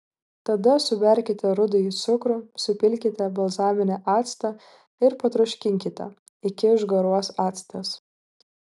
tada suberkite rudąjį cukrų supilkite balzaminį actą ir patroškinkite iki išgaruos actas